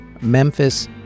Memphis